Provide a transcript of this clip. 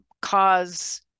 cause